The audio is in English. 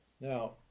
Now